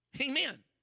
Amen